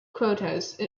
quotas